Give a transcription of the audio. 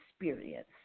experience